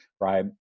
right